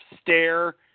stare